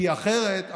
כי אחרת,